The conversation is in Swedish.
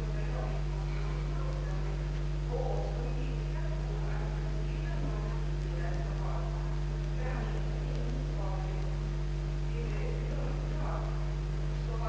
för att effektivisera rättsvården.